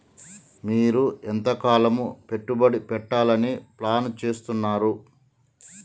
మీరు ఎంతకాలం పెట్టుబడి పెట్టాలని ప్లాన్ చేస్తున్నారు?